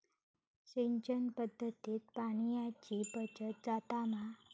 सिंचन पध्दतीत पाणयाची बचत जाता मा?